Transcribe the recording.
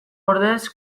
ordez